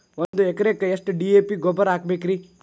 ಒಂದು ಎಕರೆಕ್ಕ ಎಷ್ಟ ಡಿ.ಎ.ಪಿ ಗೊಬ್ಬರ ಹಾಕಬೇಕ್ರಿ?